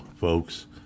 folks